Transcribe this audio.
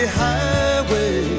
highway